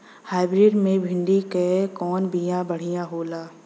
Hybrid मे भिंडी क कवन बिया बढ़ियां होला?